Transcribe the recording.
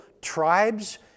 tribes